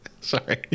Sorry